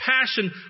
passion